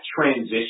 transition